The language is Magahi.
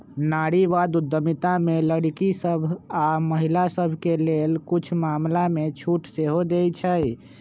नारीवाद उद्यमिता में लइरकि सभ आऽ महिला सभके लेल कुछ मामलामें छूट सेहो देँइ छै